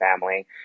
family